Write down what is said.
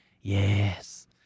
yes